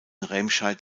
remscheid